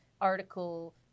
article